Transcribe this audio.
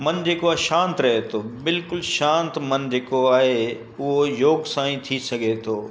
मनु जेको आहे शांति रहे थो बिल्कुलु शांति मनु जेको आहे उहो योग सां ई थी सघे थो